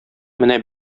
менә